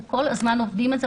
אנחנו כל הזמן עובדים על זה.